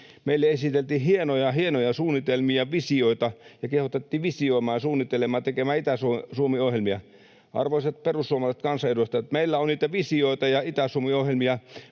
meille esiteltiin hienoja, hienoja suunnitelmia ja visioita ja kehotettiin visioimaan ja suunnittelemaan, tekemään Itä-Suomi-ohjelmia. Arvoisat perussuomalaiset kansanedustajat, meillä on niitä visioita ja Itä-Suomi-ohjelmia